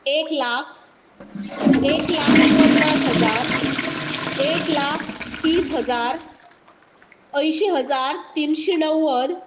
एक लाख एक लाख पन्नास हजार एक लाख तीस हजार अंयशी हजार तिनशें णव्वद